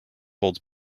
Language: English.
holds